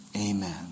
amen